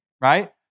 right